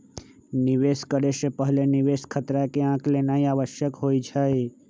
निवेश करे से पहिले निवेश खतरा के आँक लेनाइ आवश्यक होइ छइ